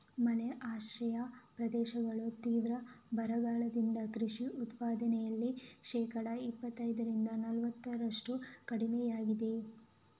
ಮಳೆ ಆಶ್ರಿತ ಪ್ರದೇಶಗಳು ತೀವ್ರ ಬರಗಾಲದಿಂದ ಕೃಷಿ ಉತ್ಪಾದನೆಯಲ್ಲಿ ಶೇಕಡಾ ಇಪ್ಪತ್ತರಿಂದ ನಲವತ್ತರಷ್ಟು ಕಡಿಮೆಯಾಗಿದೆ